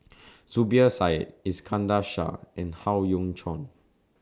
Zubir Said Iskandar Shah and Howe Yoon Chong